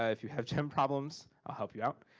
ah if you have gem problems, i'll help you out.